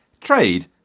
trade